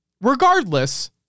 Regardless